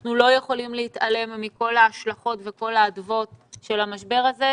אנחנו לא יכולים להתעלם מכול ההשלכות וכל האדוות של המשבר הזה,